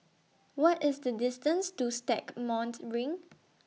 What IS The distance to Stagmont Ring